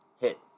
hit